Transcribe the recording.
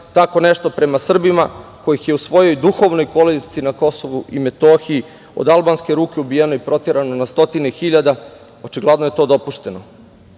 tako nešto prema Srbima kojih je u svojoj duhovnoj kolevci na Kosovu i Metohiji od albanske ruke ubijeno i proterano na stotine hiljada, očigledno je to dopušteno.